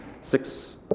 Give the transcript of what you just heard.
six